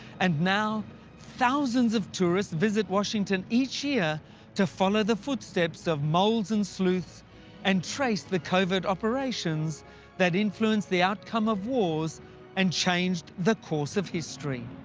and now thousands of tourists visit washington each year to follow the footsteps of moles and sleuths and trace the covert operations that influenced the outcome of wars and changed the course of history.